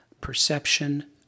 perception